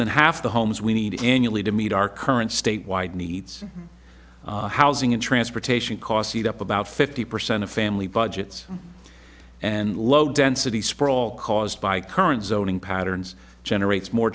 than half the homes we need annually to meet our current statewide needs housing and transportation costs eat up about fifty percent of family budgets and low density sprawl caused by current zoning patterns generates more